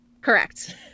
correct